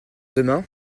demain